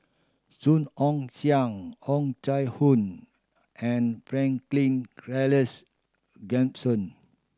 Song Ong Siang Oh Chai Hoo and Franklin Charles Gimson